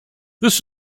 this